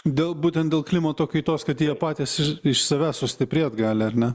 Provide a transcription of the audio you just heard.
dėl būtent dėl klimato kaitos kad jie patys iš iš savęs sustiprėt gali ar ne